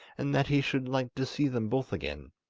and that he should like to see them both again,